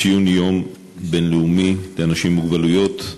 ציון היום הבין-לאומי לאנשים עם מוגבלויות.